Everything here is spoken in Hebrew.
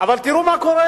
אבל תראו מה קורה,